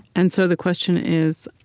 and so the question is,